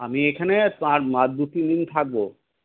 আমি এখানে আর দু তিন দিন থাকবো